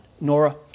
Nora